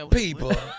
people